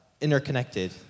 interconnected